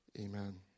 Amen